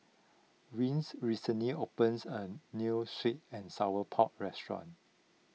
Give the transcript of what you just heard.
Wing recently opened a New Sweet and Sour Pork restaurant